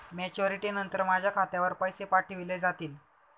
Maturity नंतर माझ्या खात्यावर पैसे पाठविले जातील?